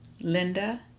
Linda